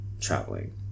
traveling